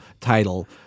title